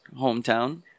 hometown